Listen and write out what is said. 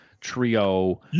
trio